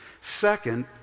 Second